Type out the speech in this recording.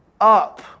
up